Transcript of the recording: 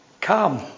Come